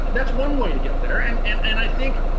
that's one way to get there. and and and i think,